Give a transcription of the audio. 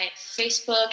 Facebook